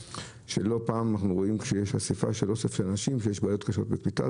לא פעם אנחנו רואים כשיש אסיפה של אנשים שיש בעיות קשות בקליטה.